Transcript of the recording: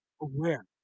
aware